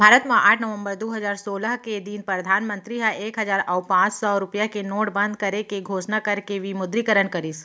भारत म आठ नवंबर दू हजार सोलह के दिन परधानमंतरी ह एक हजार अउ पांच सौ रुपया के नोट बंद करे के घोसना करके विमुद्रीकरन करिस